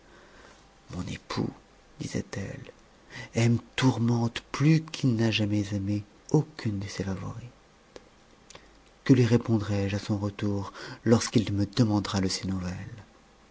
mon époux disait-elle aime tourmente plus qu'il n'a jamais aimé aucune de ses favorites que lui répondrai je à son retour lorsqu'il me demandera de